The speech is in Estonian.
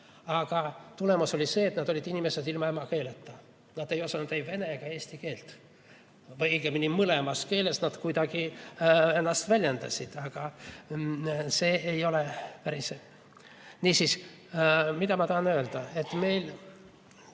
Aga tulemus oli see, et nad olid inimesed ilma emakeeleta, nad ei osanud ei vene ega eesti keelt. Või õigemini, mõlemas keeles nad ennast kuidagi väljendasid, aga see ei ole päris see. Niisiis, mida ma tahan öelda? Me peame